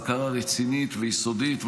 בקרה רצינית ויסודית,